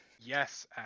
Yes